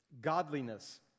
godliness